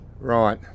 Right